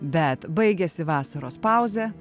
bet baigiasi vasaros pauzė